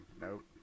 Nope